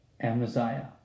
Amaziah